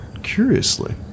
Curiously